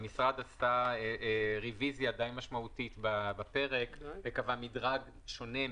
המשרד עשה רביזיה די משמעותית בפרק וקבע מדרג שונה,